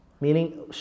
Meaning